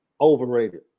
overrated